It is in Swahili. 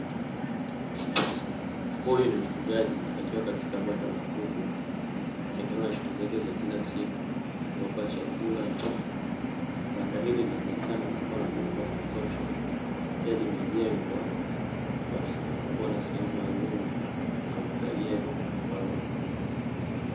Huyu ni mfugaji akiwa katika banda la kuku akiendelea na shughuli zake za kila siku kuwapa chakula na maji, banda hili linaonekana likiwa na mwanga wa kutosha pia limejengwa kuwa na sehemu maalumu za kutagia kwa kuku hawa.